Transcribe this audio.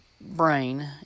brain